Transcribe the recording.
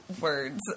words